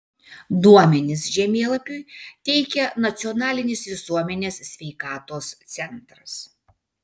duomenis žemėlapiui teikia nacionalinis visuomenės sveikatos centras